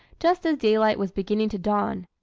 just as daylight was beginning to dawn.